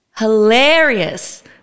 Hilarious